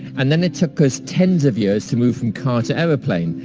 and, then it took us tens of years to move from car to aeroplane.